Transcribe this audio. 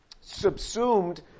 subsumed